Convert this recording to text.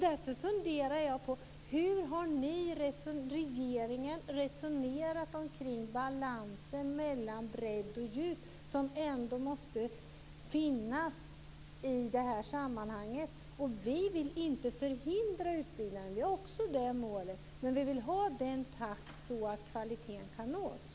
Därför funderar jag: Hur har regeringen resonerat om balansen mellan bredd och djup, som ändå måste finnas i det här sammanhanget? Vi vill inte förhindra utbyggnaden. Vi har också det målet. Men vi vill ha en sådan takt att kvaliteten kan nås.